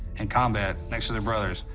in combat next to their brothers,